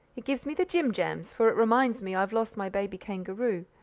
it gives me the jim-jams, for it reminds me i've lost my baby kangaroo.